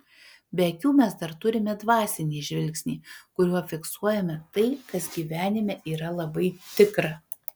be akių mes dar turime dvasinį žvilgsnį kuriuo fiksuojame tai kas gyvenime yra labai tikra